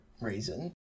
reason